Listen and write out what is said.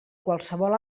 qualsevol